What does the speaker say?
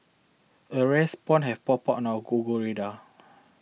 a rare spawn have popped up on our Google radar